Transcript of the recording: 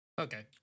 Okay